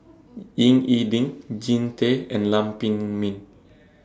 Ying E Ding Jean Tay and Lam Pin Min